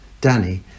Danny